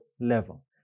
level